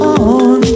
on